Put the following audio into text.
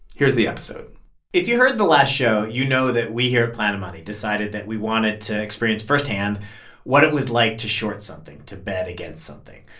here's the episode if you heard the last show, you know that we here at planet money decided that we wanted to experience firsthand what it was like to short something to bet against something.